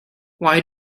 why